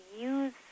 use